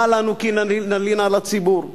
מה לנו כי נלין על הציבור?